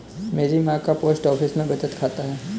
मेरी मां का पोस्ट ऑफिस में बचत खाता है